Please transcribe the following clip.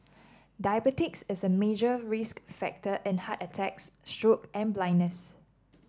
diabetes is a major risk factor in heart attacks stroke and blindness